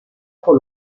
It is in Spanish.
por